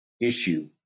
issue